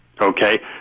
Okay